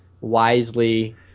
wisely